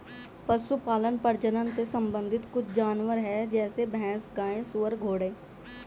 पशुपालन प्रजनन से संबंधित कुछ जानवर है जैसे भैंस, गाय, सुअर, घोड़े